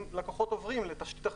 אם לקוחות עוברים לתשתית אחרת,